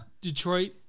Detroit